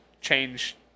change